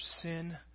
sin